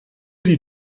die